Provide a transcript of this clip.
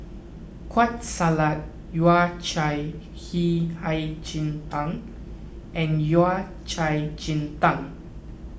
Kueh Salat Yao Cai he Hei Ji Tang and Yao Cai Ji Tang